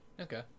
Okay